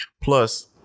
Plus